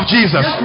Jesus